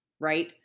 right